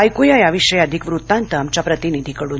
ऐकुयात याविषयी अधिक वृत्तांत आमच्या प्रतिनिधीकडून